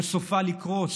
שסופה לקרוס,